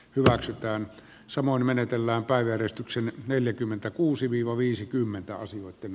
hyväksytään samoin menetellään päiväjärjestyksen neljäkymmentäkuusi viiva viisikymmentä asioitten